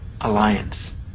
alliance